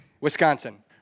Wisconsin